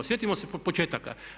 Sjetimo se početaka.